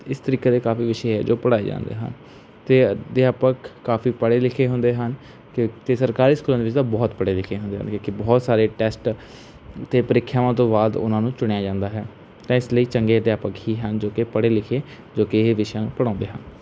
ਇਸ ਤਰੀਕੇ ਦੇ ਕਾਫੀ ਵਿਸ਼ੇ ਹੈ ਜੋ ਪੜ੍ਹਾਏ ਜਾਂਦੇ ਹਨ ਅਤੇ ਅਧਿਆਪਕ ਕਾਫ਼ੀ ਪੜ੍ਹੇ ਲਿਖੇ ਹੁੰਦੇ ਹਨ ਕਿ ਅਤੇ ਸਰਕਾਰੀ ਸਕੂਲਾਂ ਦੇ ਵਿੱਚ ਤਾਂ ਬਹੁਤ ਪੜ੍ਹੇ ਲਿਖੇ ਹੁੰਦੇ ਹਨ ਜੋ ਕਿ ਬਹੁਤ ਸਾਰੇ ਟੈਸਟ ਅਤੇ ਪ੍ਰੀਖਿਆਵਾਂ ਤੋਂ ਬਾਅਦ ਉਹਨਾਂ ਨੂੰ ਚੁਣਿਆ ਜਾਂਦਾ ਹੈ ਤਾਂ ਇਸ ਲਈ ਚੰਗੇ ਅਧਿਆਪਕ ਹੀ ਹਨ ਜੋ ਕਿ ਪੜ੍ਹੇ ਲਿਖੇ ਜੋ ਕਿ ਇਹ ਵਿਸ਼ਿਆਂ ਨੂੰ ਪੜ੍ਹਾਉਂਦੇ ਹਨ